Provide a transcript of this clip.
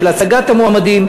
של הצגת המועמדים,